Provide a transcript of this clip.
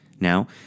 Now